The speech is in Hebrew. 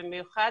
במיוחד